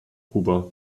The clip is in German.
kuba